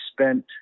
spent